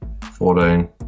Fourteen